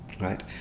right